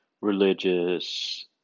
religious